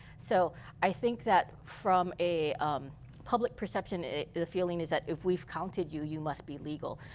so i think that from a um public perception, feeling is that if we counted you, you must be legal.